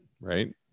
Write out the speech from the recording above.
right